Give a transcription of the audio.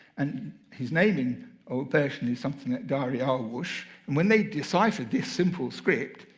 and his name in old persian is something that dariush. and when they deciphered this simple script,